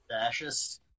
Fascist